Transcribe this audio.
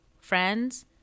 friends